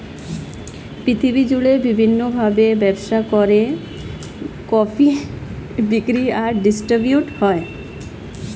পৃথিবী জুড়ে বিভিন্ন ভাবে ব্যবসা করে কফি বিক্রি আর ডিস্ট্রিবিউট হয়